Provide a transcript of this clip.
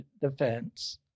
defense